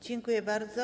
Dziękuję bardzo.